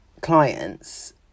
clients